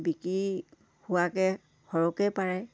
বিকি হোৱাকৈ সৰহকৈ পাৰে